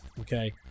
Okay